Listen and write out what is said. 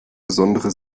besondere